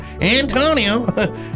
antonio